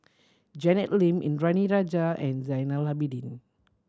Janet Lim Indranee Rajah and Zainal Abidin